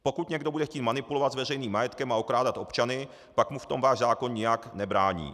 Pokud někdo bude chtít manipulovat s veřejným majetkem a okrádat občany, pak mu v tom váš zákon nijak nebrání.